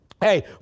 Hey